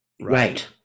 right